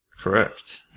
Correct